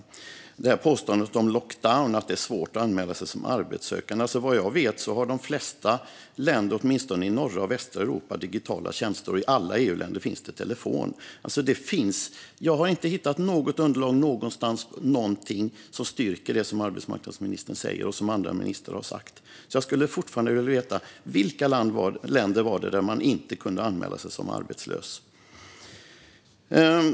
När det gäller påståendet att det är svårt att anmäla sig som arbetssökande under en lockdown har de flesta länder vad jag vet, åtminstone i norra och västra Europa, digitala tjänster. Och i alla EU-länder finns det telefon. Jag har inte hittat något underlag någonstans, inte någonting, som styrker det som arbetsmarknadsministern säger och som andra ministrar har sagt. Jag skulle fortfarande vilja veta: I vilka länder var det som man inte kunde anmäla sig som arbetslös?